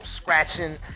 scratching